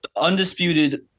undisputed